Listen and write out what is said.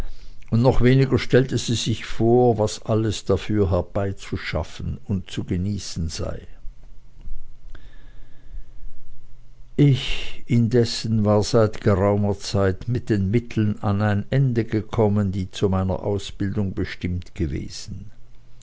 und noch weniger stellte sie sich vor was alles dafür herbeizuschaffen und zu genießen sei ich indessen war seit geraumer zeit mit den mitteln an ein ende gekommen die zu meiner ausbildung bestimmt gewesen